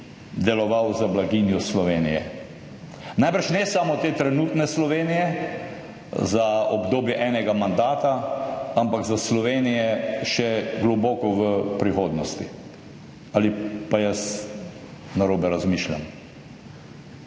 deloval za blaginjo Slovenije.« Najbrž ne samo te trenutne Slovenije za obdobje enega mandata, ampak za Slovenije še globoko v prihodnosti ali pa jaz narobe razmišljam.